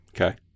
Okay